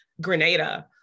grenada